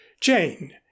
Jane